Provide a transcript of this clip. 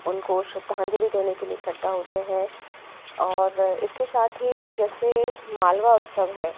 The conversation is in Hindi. उनको श्रद्धांजलि देने के लिए इकट्ठा होते हैं और इसके साथ ही जैसे मालवा उत्सव है